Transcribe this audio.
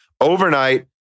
overnight